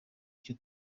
icyo